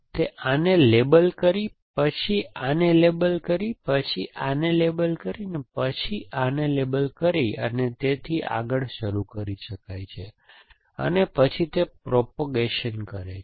તે આને લેબલ કરીને પછી આને લેબલ કરીને પછી આને લેબલ કરીને પછી આને લેબલ કરીને અને તેથી આગળ શરૂ કરી શકે છે અને પછી તે પ્રોપેગેશન કરે છે